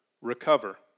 recover